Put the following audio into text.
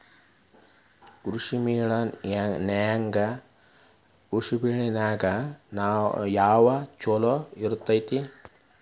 ಕೃಷಿಮೇಳ ನ್ಯಾಗ ಯಾವ್ದ ಛಲೋ ಇರ್ತೆತಿ?